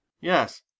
Yes